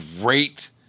great